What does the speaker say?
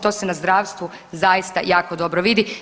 To se na zdravstvu zaista jako dobro vidi.